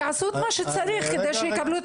שיעשו את מה שצריך כדי שהאוניברסיטאות כאן יקבלו את